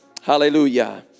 hallelujah